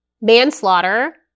manslaughter